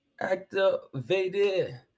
activated